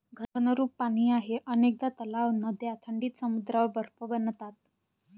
घनरूप पाणी आहे अनेकदा तलाव, नद्या थंडीत समुद्रावर बर्फ बनतात